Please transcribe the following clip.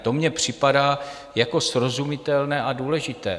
To mně připadá jako srozumitelné a důležité.